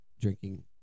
drinking